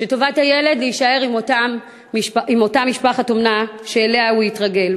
וטובת הילד היא להישאר עם אותה משפחת אומנה שאליה הוא התרגל.